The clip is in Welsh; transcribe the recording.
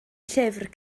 llyfr